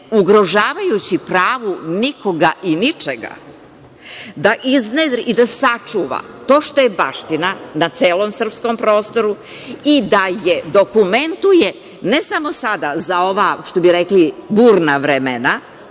ugrožavajući pravu nikoga i ničega i da sačuva to što je baština na celom srpskom prostoru i da je dokumentuje ne samo sada za ova, što bi rekli, burna vremena